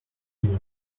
river